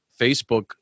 Facebook